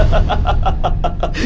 a